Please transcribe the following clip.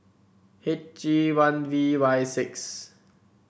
H E one V Y six